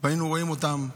וראינו אותם,